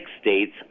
states